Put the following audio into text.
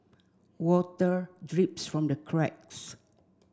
water drips from the cracks